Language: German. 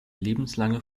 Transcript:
lebenslange